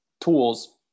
tools